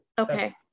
Okay